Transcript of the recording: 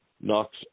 knocks